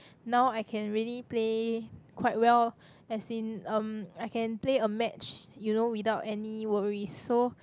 now I can really play quite well as in um I can play a match you know without any worries so